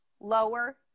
lower